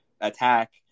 attack